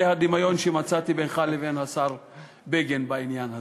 אלה קווי הדמיון שמצאתי בינך לבין השר בגין בעניין הזה.